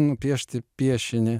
nupiešti piešinį